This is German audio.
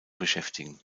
beschäftigen